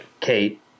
Kate